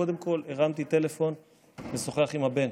קודם כול הרמתי טלפון לשוחח עם הבן.